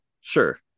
Sure